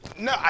No